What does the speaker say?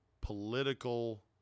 political